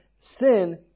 sin